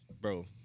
bro